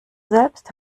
selbst